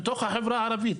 בתוך החברה הערבית,